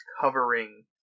covering